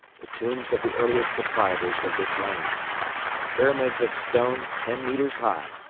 the tombs of the earliest proprietors of this land pyramids of stone ten metres high,